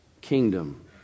kingdom